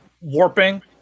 warping